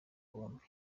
ubukombe